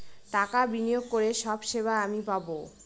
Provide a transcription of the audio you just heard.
টাকা বিনিয়োগ করে সব সেবা আমি পাবো